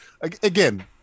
Again